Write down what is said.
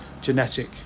genetic